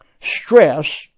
Stress